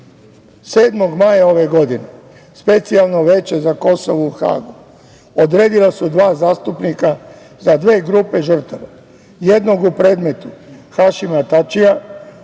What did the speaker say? maja ove godine Specijalno veće za Kosovo u Hagu odredilo je dva zastupnika za dve grupe žrtava, jednog u predmetu Hašima Tačija,